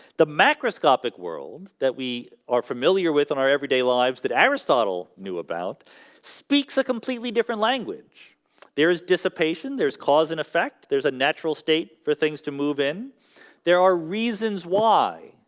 the macroscopic world that we are familiar with in our everyday lives that aristotle knew about speaks a completely different language there is dissipation there's cause and effect there's a natural state for things to move in there are reasons why?